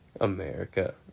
America